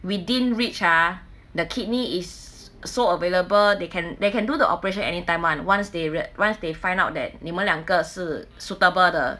within reach ah the kidney is so available they can they can do the operation anytime [one]once they once they find out that 你们两个是 suitable 的